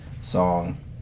song